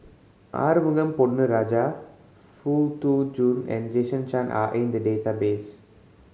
Arumugam Ponnu Rajah Foo Jun and Jason Chan are in the database